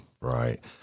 Right